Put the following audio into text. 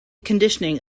conditioning